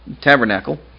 tabernacle